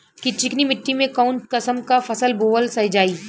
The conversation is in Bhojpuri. चिकनी मिट्टी में कऊन कसमक फसल बोवल जाई?